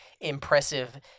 impressive